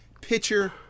pitcher